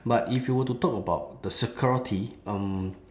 but if you were to talk about the security um